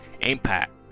impact